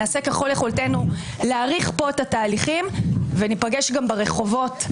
נעשה ככל יכולתנו להאריך פה את התהליכים וניפגש גם ברחובות.